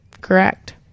Correct